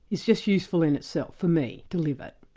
it's just useful in itself for me to live it.